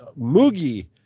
Moogie